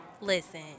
Listen